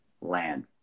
land